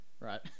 Right